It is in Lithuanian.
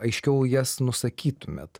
aiškiau jas nusakytumėt